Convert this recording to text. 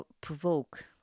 provoke